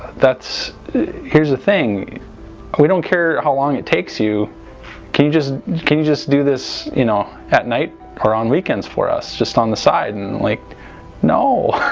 that's here's the thing we don't care how long it takes you can you just can just do this you know at night or on weekends for us just on the side and like no